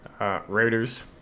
Raiders